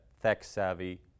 tech-savvy